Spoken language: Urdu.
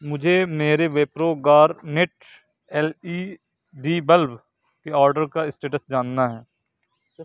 مجھے میرے Wipro Garnet L E D bulb کے آرڈر کا اسٹیٹس جاننا ہے